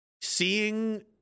seeing